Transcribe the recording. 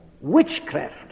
witchcraft